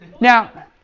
Now